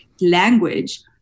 language